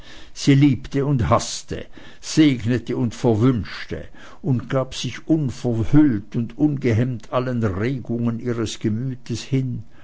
sie liebte und hafte segnete und verwünschte und gab sich unverhüllt und ungehemmt allen regungen ihres gemütes hin